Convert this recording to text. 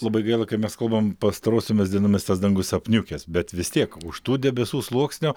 labai gaila kai mes kalbam pastarosiomis dienomis tas dangus apniukęs bet vis tiek už tų debesų sluoksnio